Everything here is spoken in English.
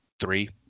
Three